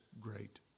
great